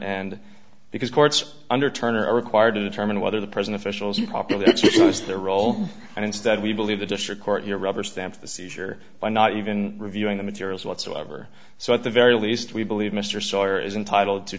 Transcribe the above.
and because courts under turner are required to determine whether the present officials who populate use their role and instead we believe the district court your rubber stamp the seizure by not even reviewing the materials whatsoever so at the very least we believe mr sawyer is entitled to